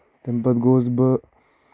تَمہِ پَتہٕ گوٚوُس بہٕ